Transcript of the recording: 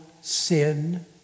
sin